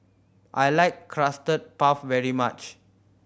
I like Custard Puff very much